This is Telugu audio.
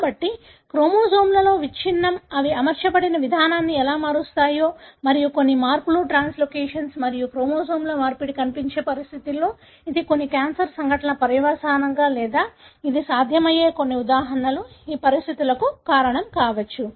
కాబట్టి క్రోమోజోమ్లలో విచ్ఛిన్నం అవి అమర్చబడిన విధానాన్ని ఎలా మారుస్తాయో మరియు కొన్ని మార్పులు ట్రాన్స్లోకేషన్లు మరియు క్రోమోజోమ్ల మార్పిడి కనిపించే పరిస్థితులలో ఇది కొన్ని క్యాన్సర్ సంఘటనల పర్యవసానంగా లేదా ఇది సాధ్యమయ్యే కొన్ని ఉదాహరణలు ఈ పరిస్థితులకు కారణం కావచ్చు